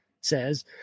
says